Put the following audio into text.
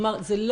אז לא